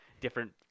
different